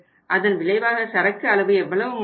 அதன் விளைவாக சரக்கு அளவு எவ்வளவு மாறும்